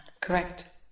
Correct